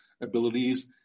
abilities